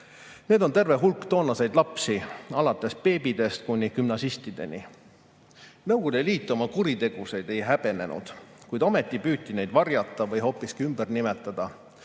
Need on terve hulk toonaseid lapsi, alates beebidest kuni gümnasistideni. Nõukogude Liit oma kuritegusid ei häbenenud, kuid ometi püüti neid varjata või hoopiski ümber nimetada.